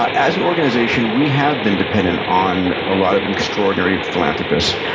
ah as an organization, we have been dependent on a lot of extraordinary philanthropists.